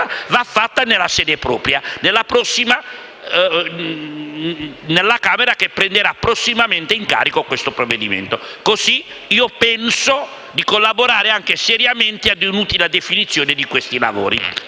la si fa nella sede propria, ossia nell'altra Camera che prenderà prossimamente in carico il provvedimento. Così, penso di collaborare seriamente ad un'utile definizione di questi lavori.